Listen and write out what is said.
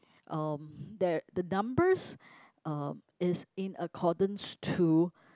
um there the numbers um is in accordance to